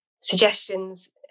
suggestions